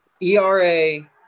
ERA